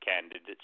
candidates